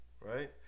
Right